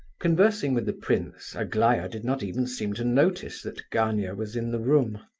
conversing with the prince, aglaya did not even seem to notice that gania was in the room.